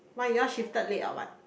why you all shifted late or what